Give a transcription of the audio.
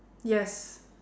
yes